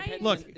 look